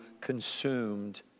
consumed